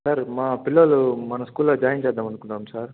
sir మా పిల్లలు మన స్కూల్లో జాయిన్ చేద్దాం అనుకున్నాం సార్